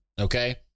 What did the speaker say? Okay